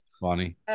Funny